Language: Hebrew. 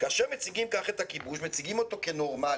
כאשר מציגים כך את הכיבוש, מציגים אותו כנורמלי,